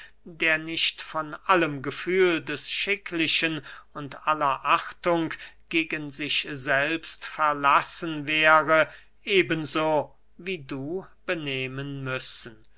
der nicht von allem gefühl des schicklichen und aller achtung gegen sich selbst verlassen wäre eben so wie du benehmen müssen